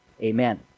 Amen